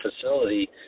facility